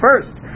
first